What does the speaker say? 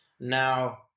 Now